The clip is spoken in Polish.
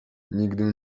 nigdy